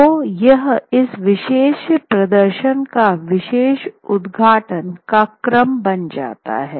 तो यह इस विशेष प्रदर्शन का विशेष उद्घाटन का क्रम बन जाता है